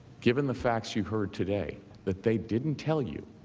given the facts you heard today that they didn't tell you